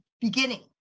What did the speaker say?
beginning